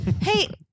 Hey